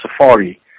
safari